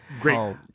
great